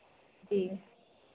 जी